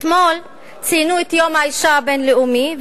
אתמול ציינו את יום האשה הבין-לאומי,